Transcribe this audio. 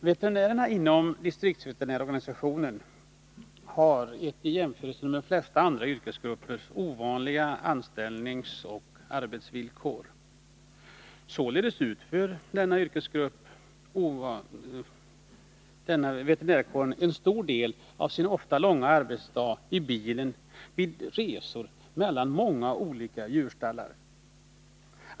Herr talman! Veterinärerna inom distriktsveterinärsorganisationen har i jämförelse med de flesta andra yrkesgrupper ovanliga anställningsoch arbetsvillkor. Således utför veterinärkåren en stor del av sin ofta långa arbetsdag i bilen vid resor mellan många olika djurstallar.